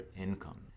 income